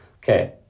Okay